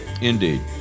indeed